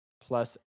plus